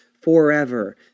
forever